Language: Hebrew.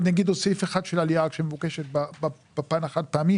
עוד סעיף אחד של עלייה שמבוקש בפן החד פעמי